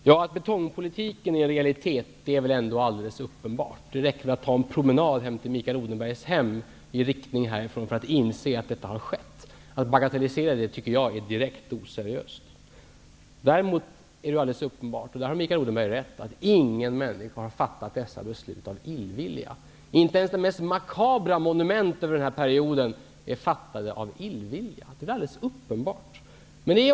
Herr talman! Det är väl ändå alldeles uppenbart att betongpolitiken är en realitet. Det räcker med att ta en promenad hem till Mikael Odenberg härifrån för att inse att detta har skett. Jag tycker att det är direkt oseriöst att bagatellisera det. Däremot är det alldeles uppenbart -- och där har Mikael Odenberg rätt -- att ingen människa har fattat dessa beslut av illvilja. Inte ens ett beslut om det mest makabra monument över den här perioden är fattat av illvilja. Det är alldeles uppenbart.